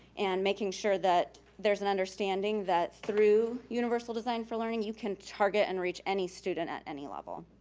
and making sure that there's an understanding that through universal design for learning, you can target and reach any student at any level.